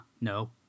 no